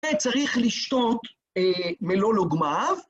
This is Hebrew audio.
צריך לשתות מלוא לוגמיו.